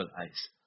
eyes